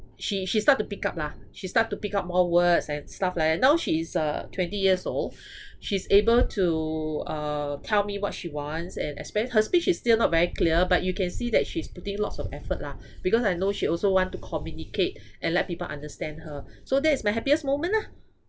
she she start to pick up lah she start to pick up more words and stuff like that now she is uh twenty years old she's able to uh tell me what she wants and espe~ her speech is still not very clear but you can see that she's putting lots of effort lah because I know she also want to communicate and let people understand her so that is my happiest moment ah